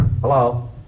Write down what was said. Hello